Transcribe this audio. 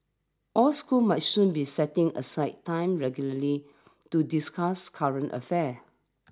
all schools might soon be setting aside time regularly to discuss current affairs